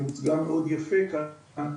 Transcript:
והוצגה מאוד יפה כאן,